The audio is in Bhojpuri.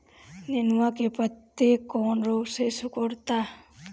नेनुआ के पत्ते कौने रोग से सिकुड़ता?